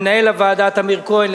למנהל הוועדה טמיר כהן,